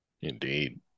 Indeed